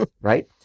right